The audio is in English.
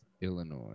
Illinois